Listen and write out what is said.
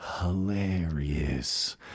hilarious